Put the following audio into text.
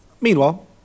Meanwhile